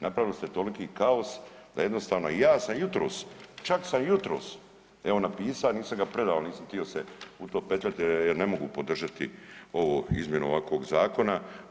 Napravili ste toliki kaos, da jednostavno ja sam jutros, čak sam jutros evo napisa, nisam ga predao, nisam htio se u to petljati jer ne mogu podržati ovo, izmjenu ovakvog zakona.